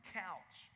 couch